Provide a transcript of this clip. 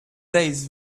days